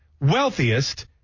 wealthiest